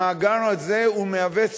המאגר הזה מהווה סיכון,